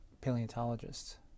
paleontologists